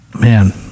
man